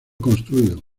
construido